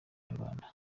nyarwanda